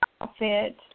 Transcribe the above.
outfit